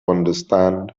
understand